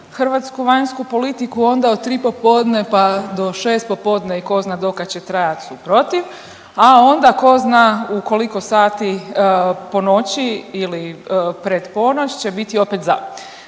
hrvatsku vanjsku politiku, onda od 3 popodne pa do 6 popodne i tko zna dokad će trajat su protiv, a onda tko zna u koliko sati ponoći ili pred ponoć će biti opet za.